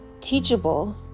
teachable